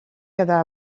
quedà